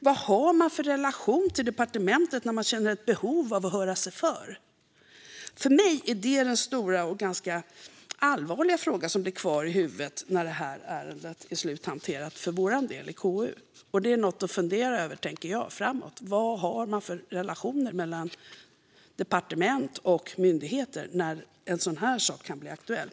Vad har man för relation till departementet när man känner ett behov av att höra sig för? Det är för mig den stora och ganska allvarliga fråga som blir kvar i huvudet när det här ärendet är sluthanterat för vår del i KU. Det är något att fundera över framöver: Vad har man för relationer mellan departement och myndigheter när en sådan här sak kan bli aktuell?